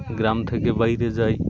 গ্রাম থেকে বাইরে যাই